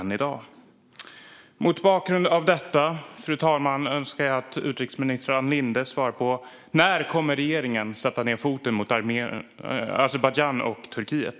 Mot bakgrund av detta, fru talman, önskar jag att utrikesminister Ann Linde svarar på följande: När kommer regeringen att sätta ned foten mot Azerbajdzjan och Turkiet?